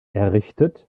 errichtet